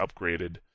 upgraded